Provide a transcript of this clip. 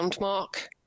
mark